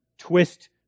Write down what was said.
twist